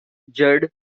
judd